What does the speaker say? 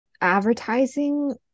advertising